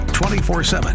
24-7